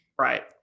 Right